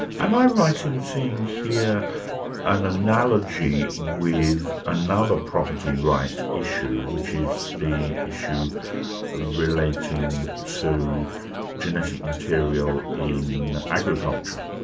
am i right in seeing here an analogy with another property right issue which is the issue relating to genetic material in agriculture?